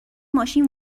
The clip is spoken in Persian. ماشین